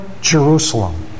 Jerusalem